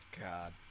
God